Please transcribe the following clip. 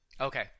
Okay